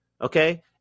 okay